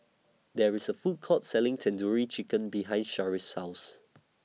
There IS A Food Court Selling Tandoori Chicken behind Sharif's House